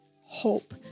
hope